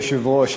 אדוני היושב-ראש,